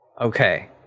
Okay